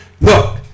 Look